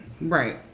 Right